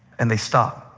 and they stop,